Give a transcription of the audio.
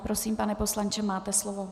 Prosím, pane poslanče, máte slovo.